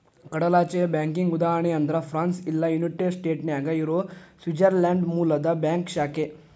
ಕಡಲಾಚೆಯ ಬ್ಯಾಂಕಿಗಿ ಉದಾಹರಣಿ ಅಂದ್ರ ಫ್ರಾನ್ಸ್ ಇಲ್ಲಾ ಯುನೈಟೆಡ್ ಸ್ಟೇಟ್ನ್ಯಾಗ್ ಇರೊ ಸ್ವಿಟ್ಜರ್ಲ್ಯಾಂಡ್ ಮೂಲದ್ ಬ್ಯಾಂಕ್ ಶಾಖೆ